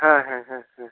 হ্যাঁ হ্যাঁ হ্যাঁ হ্যাঁ